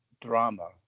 drama